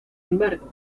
embargo